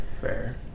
fair